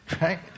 Right